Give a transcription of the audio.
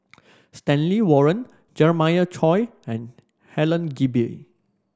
Stanley Warren Jeremiah Choy and Helen Gilbey